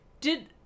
Did-